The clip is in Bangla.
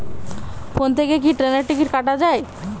ফোন থেকে কি ট্রেনের টিকিট কাটা য়ায়?